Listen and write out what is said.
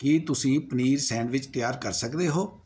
ਕੀ ਤੁਸੀਂ ਪਨੀਰ ਸੈਂਡਵਿਚ ਤਿਆਰ ਕਰ ਸਕਦੇ ਹੋ